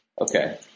Okay